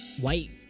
white